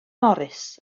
morys